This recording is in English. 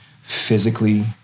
physically